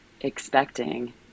expecting